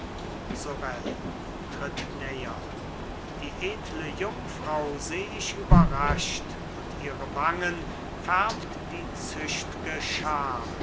die edle jungfrau seh ich überrascht und ihre wangen färbt die züchtge scham